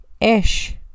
ish